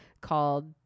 called